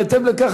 בהתאם לכך,